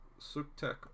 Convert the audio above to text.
Suktek